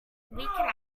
weekend